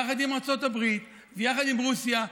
יחד עם ארצות הברית ויחד עם רוסיה.